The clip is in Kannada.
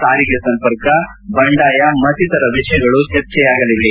ಸಾರಿಗೆ ಸಂಪರ್ಕ ಬಂಡಾಯ ಮತ್ತಿತರ ವಿಷಯಗಳು ಚರ್ಚೆಯಾಗಲಿವೆ